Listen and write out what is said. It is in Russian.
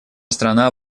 страна